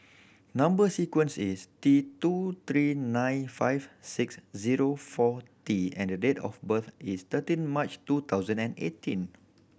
number sequence is T two three nine five six zero four T and the date of birth is thirteen March two thousand and eighteen